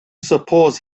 suppose